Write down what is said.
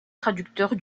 traducteurs